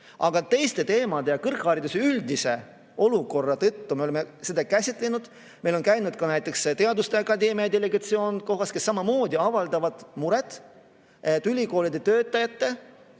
aga teiste teemade ja kõrghariduse üldise olukorra tõttu me oleme seda käsitlenud. Meil on käinud ka näiteks teaduste akadeemia delegatsioon kohal, kes samamoodi on avaldanud muret, et ülikoolide töötajate